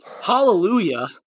hallelujah